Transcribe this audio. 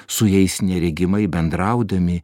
su jais neregimai bendraudami